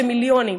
זה מיליונים.